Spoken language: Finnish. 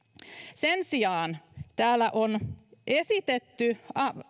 sen sijaan täällä on esitetty